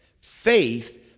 faith